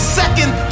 second